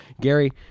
Gary